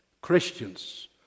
Christians